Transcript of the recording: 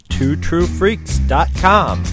TwoTrueFreaks.com